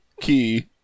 key